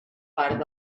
part